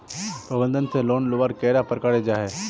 प्रबंधन से लोन लुबार कैडा प्रकारेर जाहा?